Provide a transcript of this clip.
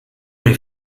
les